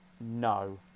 no